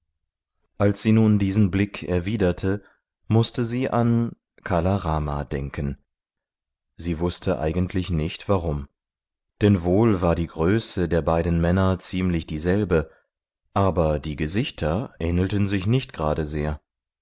als sie nun diesen blick erwiderte mußte sie an kala rama denken sie wußte eigentlich nicht warum denn wohl war die größe der beiden männer ziemlich dieselbe aber die gesichter ähnelten sich nicht gerade sehr